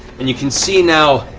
and you can see now,